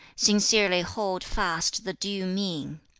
sincerely hold fast the due mean.